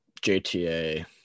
JTA